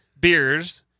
beers